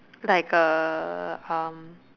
like a uh